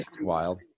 wild